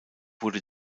wurde